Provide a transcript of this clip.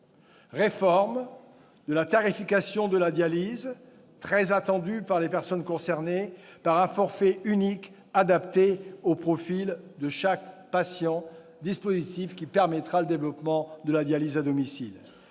réforme de la tarification de la dialyse, très attendue par les personnes concernées, à travers un forfait unique, adapté au profil de chaque patient, dispositif qui permettra le développement de la dialyse à domicile